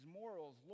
morals